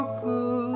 good